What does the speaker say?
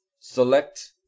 select